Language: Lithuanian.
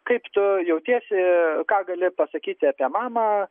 kaip tu jautiesi ką gali pasakyti apie mamą